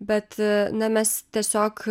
bet na mes tiesiog